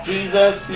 Jesus